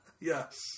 Yes